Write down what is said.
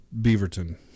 Beaverton